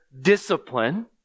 discipline